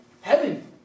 Heaven